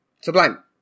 Sublime